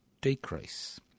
decrease